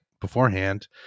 beforehand